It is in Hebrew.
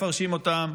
כפי שהם מפרשים אותם,